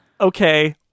Okay